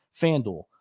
FanDuel